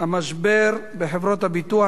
המשבר בחברות הביטוח,